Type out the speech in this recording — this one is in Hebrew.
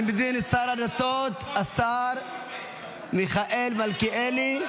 אני מזמין את שר הדתות, השר מיכאל מלכיאלי.